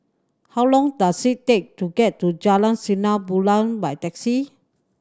how long does it take to get to Jalan Sinar Bulan by taxi